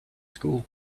school